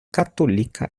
katolika